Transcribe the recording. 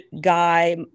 guy